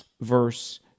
verse